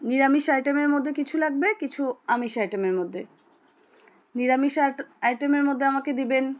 নিরামিষ আইটেমের মধ্যে কিছু লাগবে কিছু আমিষ আইটেমের মধ্যে নিরামিষ আ আইটেমের মধ্যে আমাকে দেবেন